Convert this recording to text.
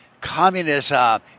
communism